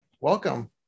Welcome